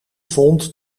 vond